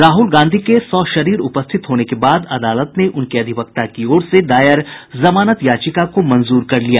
राहल गांधी के सशरीर उपस्थित होने के बाद अदालत ने उनके अधिवक्ता की ओर से दायर जमानत याचिका को मंजूर कर लिया